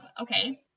okay